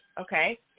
Okay